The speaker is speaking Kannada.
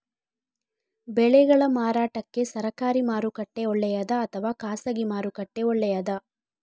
ಬೆಳೆಗಳ ಮಾರಾಟಕ್ಕೆ ಸರಕಾರಿ ಮಾರುಕಟ್ಟೆ ಒಳ್ಳೆಯದಾ ಅಥವಾ ಖಾಸಗಿ ಮಾರುಕಟ್ಟೆ ಒಳ್ಳೆಯದಾ